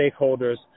stakeholders